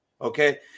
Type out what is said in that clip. okay